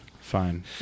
Fine